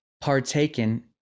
partaken